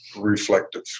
reflective